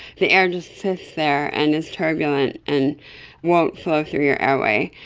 the air just sit there and is turbulent and won't flow through your airway,